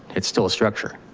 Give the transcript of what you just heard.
it's still a structure.